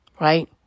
Right